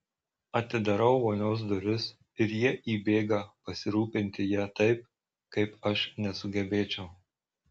atidarau vonios duris ir jie įbėga pasirūpinti ja taip kaip aš nesugebėčiau